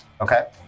Okay